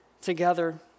together